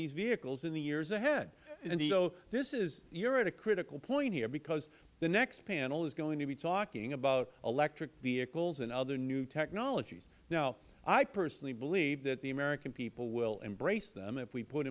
the vehicles in the years ahead and so you are at a critical point here because the next panel is going to be talking about electric vehicles and other new technologies now i personally believe that the american people will embrace them if we put